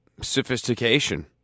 sophistication